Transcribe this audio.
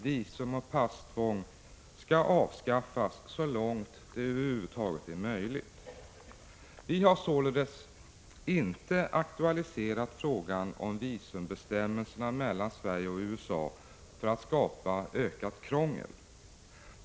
Visumoch passtvång skall avskaffas så långt det över huvud taget är möjligt. Vi har således inte aktualiserat frågan om visumbestämmelserna mellan Sverige och USA för att skapa ökat krångel.